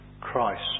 Christ